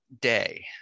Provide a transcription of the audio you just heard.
day